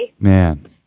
man